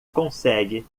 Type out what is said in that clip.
consegue